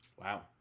Wow